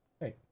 Hey